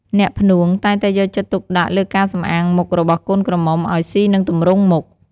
អ្នកភ្នូងតែងតែយកចិត្តទុកដាក់លើការសំអាងមុខរបស់កូនក្រមុំអោយស៊ីនិងទម្រង់មុខ។